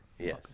Yes